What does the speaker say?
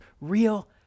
real